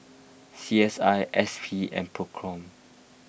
C S I S P and Procom